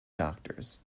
doctors